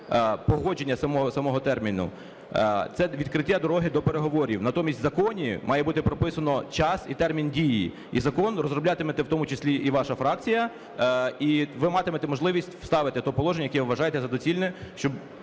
погодження самого терміну, це відкриття дороги до переговорів. Натомість в законі має бути прописано час і термін дії. І закон розроблятимете, в тому числі і ваша фракція, і ви матимете можливість вставити те положення, яке ви вважаєте за доцільне,